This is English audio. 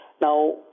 Now